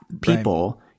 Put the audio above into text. people